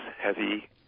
heavy